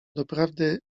doprawdy